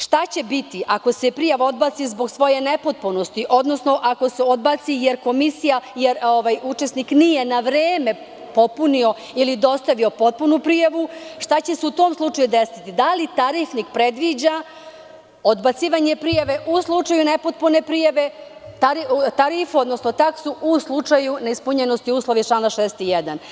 Šta će biti ako se prijava odbaci zbog svoje nepotpunosti, odnosno ako se odbaci, jer učesnik nije na vreme popunio, ili dostavio potpunu prijavu, šta će se u tom slučaju desiti, da li tarifnik predviđa odbacivanje prijave u slučaju nepotpune prijave, tarifu, odnosno taksu u slučaju neispunjenosti uslova iz člana 61.